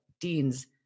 dean's